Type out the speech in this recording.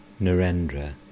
Narendra